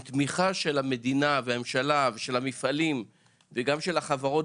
עם תמיכה של המדינה והממשלה ושל המפעלים וגם של החברות